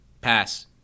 Pass